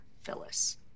Phyllis